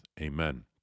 Amen